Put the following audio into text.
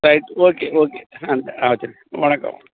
right okay okay ஆ ஆ வச்சிடுங்கள் வணக்கம்